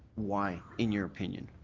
why, in your opinion?